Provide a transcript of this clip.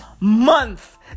month